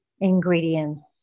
ingredients